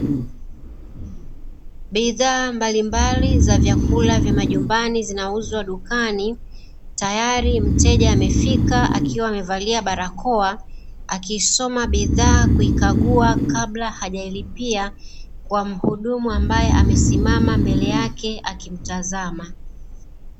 Bidhaa mbalimbali za vyakula vya majumbani zinauzwa dukani. Tayari mteja amefika akiwa amevalia barakoa, akiisoma bidhaa kuikagua kabla hajailipia kwa mhudumu ambaye amesimama mbele yake akimtazama.